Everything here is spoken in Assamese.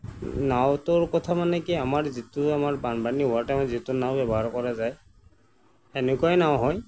নাওটোৰ কথা মানে কি আমাৰ যিটো আমাৰ বানপানী হোৱাৰ টাইমত যিটো নাও ব্যৱহাৰ কৰা যায় সেনেকুৱাই নহয়